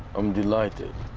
i'm delighted.